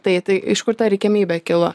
tai tai iš kur ta reikiamybė kilo